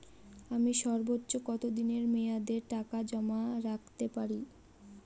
আমি সর্বোচ্চ কতদিনের মেয়াদে টাকা জমা রাখতে পারি?